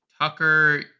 Tucker